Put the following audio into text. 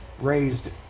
raised